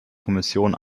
kommission